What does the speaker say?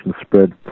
spread